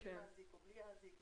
עם האזיק או בלי האזיק,